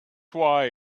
why